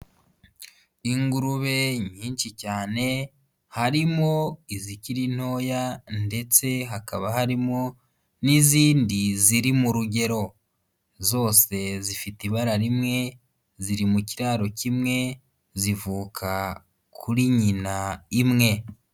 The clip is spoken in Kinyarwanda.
Ingurube nyinshi cyane harimo izikiriri ntoya ndetse hakaba harimo n'izindi ziri mu rugero ,zose zifite ibara rimwe ziri mu kiraro kimwe zivuka kuri nyina imwe.